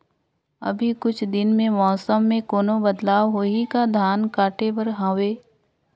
अभी कुछ दिन मे मौसम मे कोनो बदलाव होही का? धान काटे बर हवय?